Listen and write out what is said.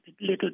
little